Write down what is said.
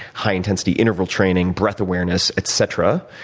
high intensity interval training, breath awareness, etc.